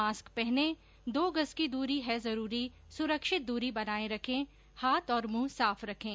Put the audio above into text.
mask पहने दो गज की दूरी है जरूरी सुरक्षित दूरी बनाए रखें हाथ और मुंह साफ रखें